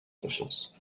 confiance